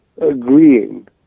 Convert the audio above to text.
agreeing